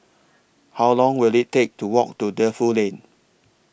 How Long Will IT Take to Walk to Defu Lane